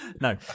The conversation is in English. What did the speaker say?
No